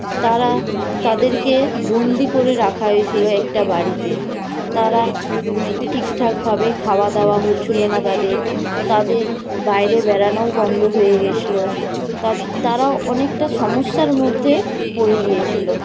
তারা তাদেরকে বন্দি করে রাখা হয়েছিলো একটা বাড়িতে তারা ঠিকঠাকভাবে খাওয়াদাওয়া হচ্ছিলো না তাদের তাদের বাইরে বেড়ানোও বন্ধ হয়ে গেছলো তার তারাও অনেকটা সমস্যার মধ্যে পড়ে গিয়েছিলো